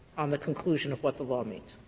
on the conclusion of what the law means?